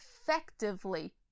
effectively